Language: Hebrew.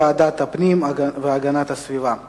לוועדת הפנים והגנת הסביבה נתקבלה.